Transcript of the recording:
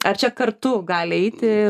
ar čia kartu gali eiti